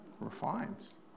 Refines